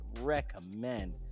recommend